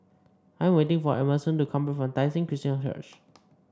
I'm waiting for Emerson to come from Tai Seng Christian Church